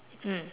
mm